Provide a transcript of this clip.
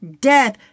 death